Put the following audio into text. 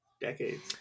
decades